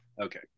Okay